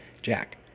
jack